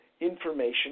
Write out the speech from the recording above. information